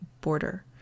border